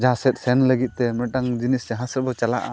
ᱡᱟᱦᱟᱸᱥᱮᱫ ᱥᱮᱱ ᱞᱟᱹᱜᱤᱫ ᱛᱮ ᱢᱤᱫᱴᱟᱝ ᱡᱤᱱᱤᱥ ᱡᱟᱦᱟᱸᱥᱮᱫ ᱵᱚ ᱪᱟᱞᱟᱜᱼᱟ